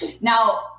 now